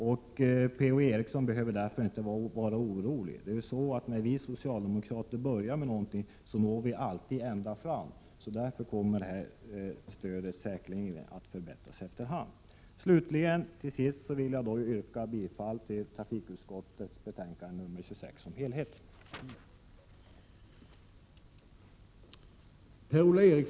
Per-Ola Eriksson behöver inte vara orolig. När vi socialdemokrater början med någonting når vi alltid ända fram. Därför kommer stödet säkerligen att förbättras efter hand. Till sist vill jag yrka bifall till utskottets hemställan i betänkande 26 i dess helhet.